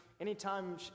anytime